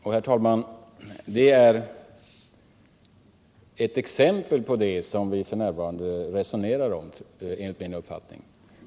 Och, herr talman, det är ett exempel på det som vi f. n. resonerar om enligt min uppfattning.